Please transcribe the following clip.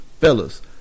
Fellas